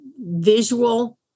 visual